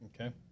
Okay